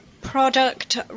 product